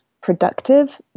productive